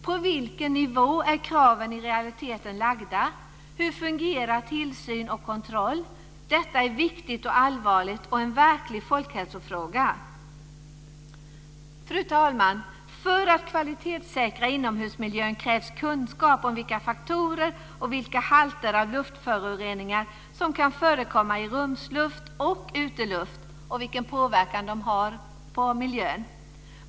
På vilken nivå är kraven i realiteten lagda? Hur fungerar tillsyn och kontroll? Detta är viktigt och allvarligt och en verklig folkhälsofråga. Fru talman! För att kvalitetssäkra inomhusmiljön krävs kunskap om vilka faktorer och vilka halter av luftföroreningar som kan förekomma i rumsluft och uteluft samt vilken påverkan de har på miljön.